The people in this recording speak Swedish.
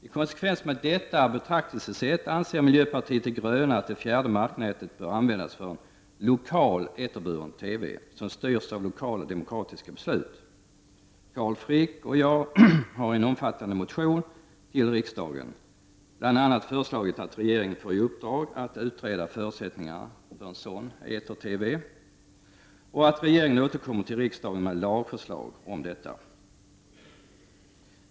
I konsekvens med detta betraktelsesätt anser miljöpartiet de gröna att det fjärde marknätet bör användas för en lokal eterburen TV, som styrs av 1okala demokratiska beslut. Carl Frick och jag har i en omfattande motion till riksdagen bl.a. föreslagit att regeringen får i uppdrag att utreda förutsättningarna för en sådan eter-TV och att regeringen återkommer till riksdagen med lagförslag om detta.